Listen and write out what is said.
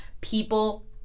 people